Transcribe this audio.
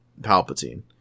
Palpatine